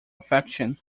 affection